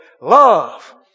Love